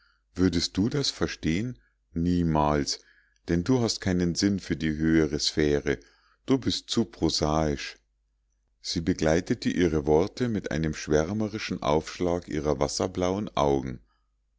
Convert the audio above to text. würdest du das verstehen niemals denn du hast keinen sinn für die höhere sphäre du bist zu prosaisch sie begleitete ihre worte mit einem schwärmerischen aufschlag ihrer wasserblauen augen